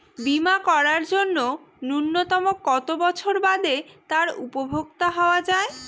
বীমা করার জন্য ন্যুনতম কত বছর বাদে তার উপভোক্তা হওয়া য়ায়?